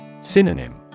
Synonym